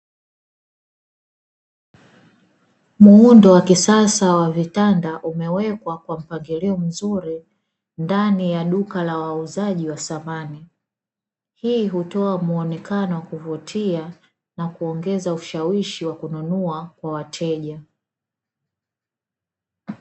Muundo wa kisasa wa vitanda umewekwa kwa mpangilio mzuri, ndani ya duka la wauzaji wa samani. Hii hutoa muonekano wa kuvutia na kuongeza ushawishi wa kununua kwa wateja.